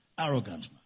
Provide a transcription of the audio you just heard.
Arrogance